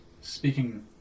speaking